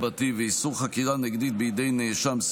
ואיסור חקירה נגדית בידי נאשם,